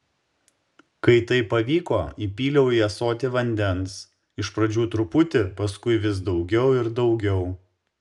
kai tai pavyko įpyliau į ąsotį vandens iš pradžių truputį paskui vis daugiau ir daugiau